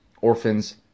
orphans